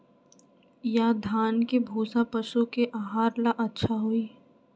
या धान के भूसा पशु के आहार ला अच्छा होई?